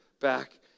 back